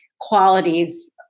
qualities